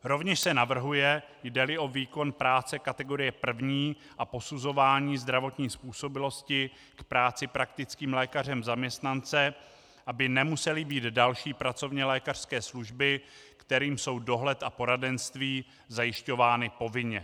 Rovněž se navrhuje, jdeli o výkon práce kategorie první a posuzování zdravotní způsobilosti k práci praktickým lékařem zaměstnance, aby nemusely být další pracovnělékařské služby, kterým jsou dohled a poradenství, zajišťovány povinně.